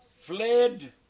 fled